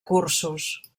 cursos